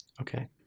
Okay